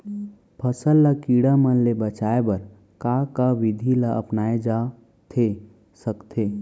फसल ल कीड़ा मन ले बचाये बर का का विधि ल अपनाये जाथे सकथे?